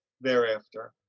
thereafter